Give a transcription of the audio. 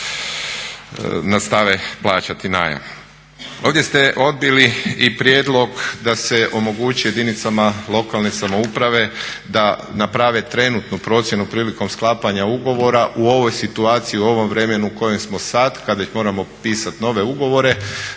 nastave plaćati najam. Ovdje ste odbili i prijedlog da se omogući jedinicama lokalne samouprave da naprave trenutnu procjenu prilikom sklapanja ugovora. U ovoj situaciji, u ovom vremenu u kojem smo sad kad već moramo pisati nove ugovore